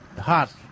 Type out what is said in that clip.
hot